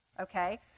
Okay